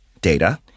data